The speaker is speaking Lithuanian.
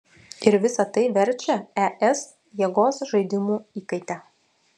ir visa tai verčia es jėgos žaidimų įkaite